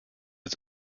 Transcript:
its